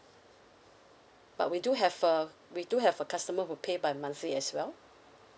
but we do have a we do have a customer who pay by monthly as well